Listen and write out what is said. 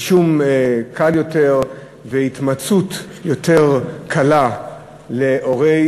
רישום קל יותר והתמצאות יותר קלה להורי